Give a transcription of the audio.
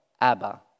Abba